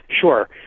Sure